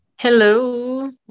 hello